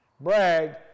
Brag